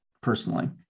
personally